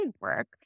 work